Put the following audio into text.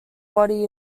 body